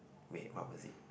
wait what was it